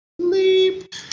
sleep